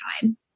time